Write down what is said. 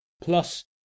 plus